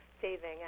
saving